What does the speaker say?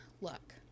look